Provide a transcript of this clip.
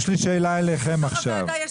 יש לי שאלה אליכם עכשיו,